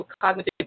cognitive